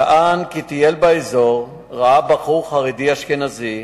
כי טייל באזור, ראה בחור חרדי אשכנזי